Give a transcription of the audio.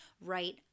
right